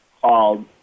called